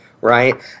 right